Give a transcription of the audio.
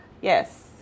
Yes